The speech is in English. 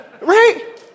Right